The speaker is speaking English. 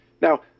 Now